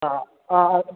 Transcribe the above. ആ ആ അത്